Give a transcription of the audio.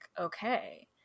okay